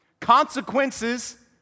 Consequences